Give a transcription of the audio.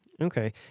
Okay